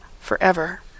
forever